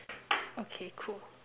okay cool